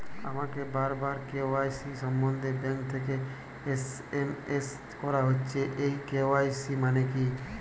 আমাকে বারবার কে.ওয়াই.সি সম্বন্ধে ব্যাংক থেকে এস.এম.এস করা হচ্ছে এই কে.ওয়াই.সি মানে কী?